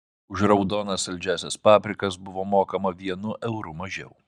už raudonas saldžiąsias paprikas buvo mokama vienu euru mažiau